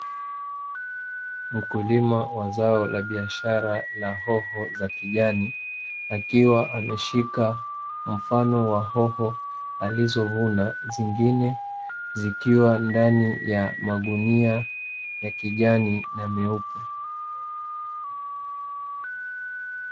Mkulima wa zao la biashara la hoho za kijani akiwa ameshika mfano wa hoho alizovuna zingine zikiwa ndani ya magunia ya kijani na meupe.